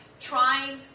trying